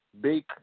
big